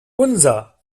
unser